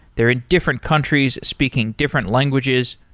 they're in different countries speaking different languages.